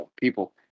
people